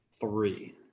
three